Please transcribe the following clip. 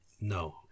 no